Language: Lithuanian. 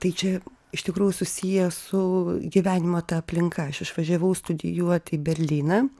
tai čia iš tikrųjų susiję su gyvenimo ta aplinka aš išvažiavau studijuoti į berlyną